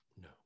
No